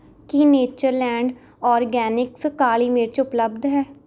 ਕੀ Natureland Organics ਕਾਲੀ ਮਿਰਚ ਉਪਲਬਧ ਹੈ